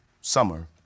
summer